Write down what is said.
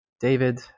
David